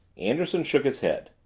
anderson shook his head,